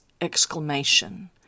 exclamation